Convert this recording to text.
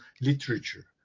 literature